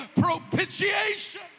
propitiation